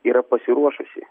yra pasiruošusi